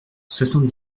soixante